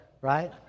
right